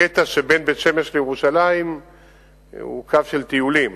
הקטע שבין בית-שמש לירושלים הוא קו של טיולים.